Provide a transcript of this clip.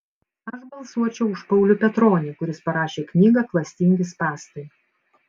aš balsuočiau už paulių petronį kuris parašė knygą klastingi spąstai